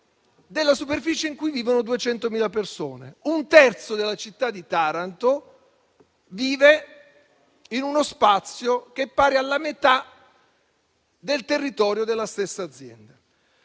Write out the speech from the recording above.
del territorio in cui vivono 200.000 persone; un terzo della città di Taranto vive in uno spazio che è pari alla metà del territorio della stessa azienda.